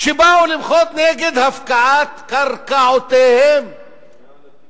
שבאו למחות נגד הפקעת קרקעותיהם עם טנקים.